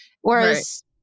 whereas